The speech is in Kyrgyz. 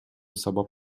сабап